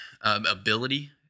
ability